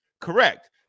Correct